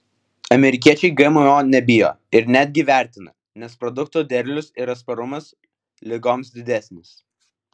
amerikiečiai gmo nebijo ir netgi vertina nes produkto derlius ir atsparumas ligoms didesnis